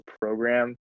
program